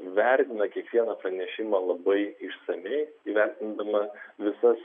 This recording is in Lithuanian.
vertina kiekvieną pranešimą labai išsamiai įvertindama visas